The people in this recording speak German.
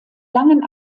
langen